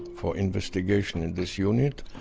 for investigation in this unit,